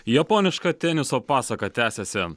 japoniška teniso pasaka tęsiasi